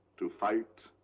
to fight.